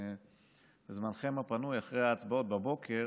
שזמנו פנוי, אחרי ההצבעות בבוקר,